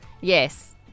Yes